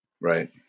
Right